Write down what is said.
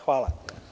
Hvala.